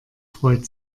freut